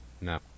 No